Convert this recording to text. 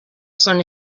son